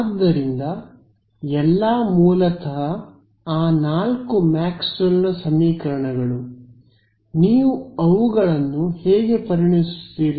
ಆದ್ದರಿಂದ ಎಲ್ಲಾ ಮೂಲತಃ ಆ ನಾಲ್ಕು ಮ್ಯಾಕ್ಸ್ವೆಲ್ನ ಸಮೀಕರಣಗಳು ನೀವು ಅವುಗಳನ್ನು ಹೇಗೆ ಪರಿಗಣಿಸುತ್ತೀರಿ